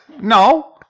no